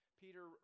Peter